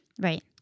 Right